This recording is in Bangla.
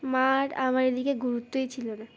মার আমার এদিকে গুরুত্বই ছিল না